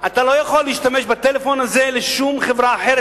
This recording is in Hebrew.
אתה לא יכול להשתמש בטלפון הזה בשום חברה אחרת,